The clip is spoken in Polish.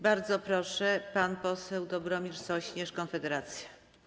Bardzo proszę, pan poseł Dobromir Sośnierz, Konfederacja.